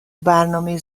برنامه